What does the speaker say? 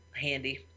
handy